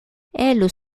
elles